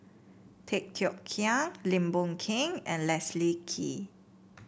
Tay Teow Kiat Lim Boon Keng and Leslie Kee